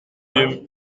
eûmes